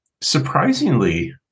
Surprisingly